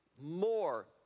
more